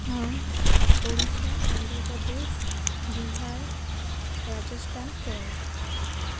ହଁ ଓଡ଼ିଶା ଆନ୍ଧ୍ରପ୍ରଦେଶ ବିହାର ରାଜସ୍ଥାନ କେରଳ